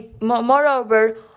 Moreover